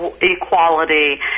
equality